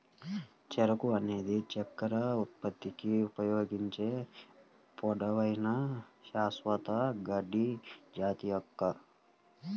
చెరకు అనేది చక్కెర ఉత్పత్తికి ఉపయోగించే పొడవైన, శాశ్వత గడ్డి జాతి మొక్క